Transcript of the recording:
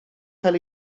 cael